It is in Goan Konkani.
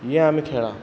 ये आमी खेळा